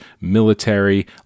military